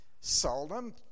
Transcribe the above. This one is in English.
seldom